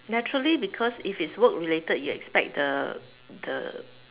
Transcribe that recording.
naturally because if it's work related you'd expect the the